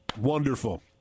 Wonderful